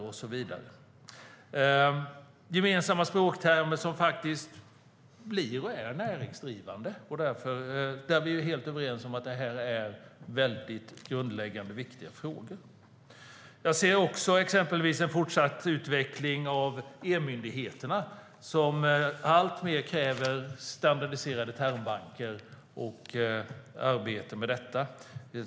Där blir gemensamma språktermer näringsdrivande. Jag skulle också vilja se en fortsatt utveckling av e-myndigheterna som alltmer kräver standardiserade termbanker och arbete med dessa.